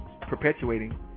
perpetuating